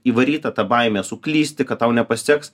įvaryta ta baimė suklysti kad tau nepasiseks